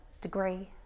degree